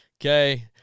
Okay